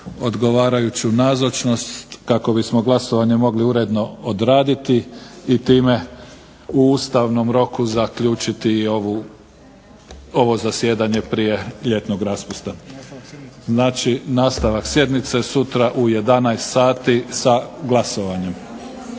odgovarajuću nazočnost kako bismo glasovanje mogli uredno odraditi i time u ustavnom roku zaključiti ovo zasjedanje prije ljetnog raspusta. Nastavak sjednice sutra u 11,00 sati sa glasovanjem.